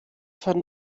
von